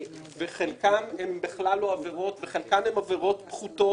וחלקן הן בכלל לא עבירות וחלקן הן עבירות פחותות.